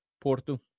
Porto